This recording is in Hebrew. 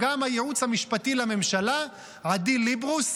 גם מהייעוץ המשפטי לממשלה עדי ליברוס